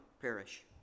perish